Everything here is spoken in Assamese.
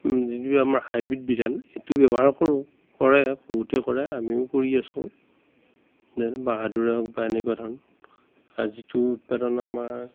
যিটো আমাৰ হাইব্ৰিড ধান সেইটো ব্যৱহাৰ কৰোঁ কৰে বহুতে কৰে আমিও কৰি আছোঁ যেনে বাহাদুৰে হওক বা এনেকুৱা ধান আৰু যিটো উৎপাদন আমাৰ